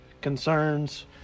concerns